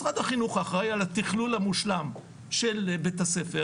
משרד החינוך אחראי על התכנון המושלם של בית-הספר